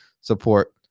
support